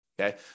okay